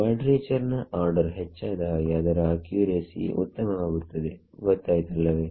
quadrature ನ order ಹೆಚ್ಚಾದ ಹಾಗೆ ಅದರ ಅಕ್ಯುರೆಸಿ ಉತ್ತಮವಾಗುತ್ತದೆ ಗೊತ್ತಾಯಿತು ಅಲ್ಲವೇ